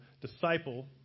disciple